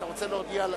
למה?